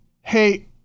Hey